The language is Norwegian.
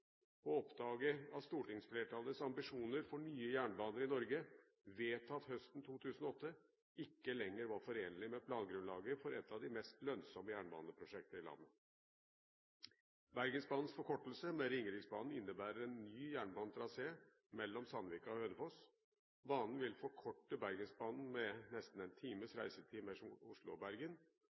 og oppdaget at den ikke var god nok som beslutningsgrunnlag for videre planlegging. Det tok altså tre år å oppdage at stortingsflertallets ambisjoner for nye jernbaner i Norge, vedtatt høsten 2008, ikke lenger var forenlig med plangrunnlaget for et av de mest lønnsomme jernbaneprosjektene i landet. Bergensbanens forkortelse, med Ringeriksbanen, innebærer en ny jernbanetrasé mellom Sandvika og Hønefoss. Banen vil forkorte Bergensbanen med